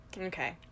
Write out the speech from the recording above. Okay